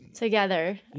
Together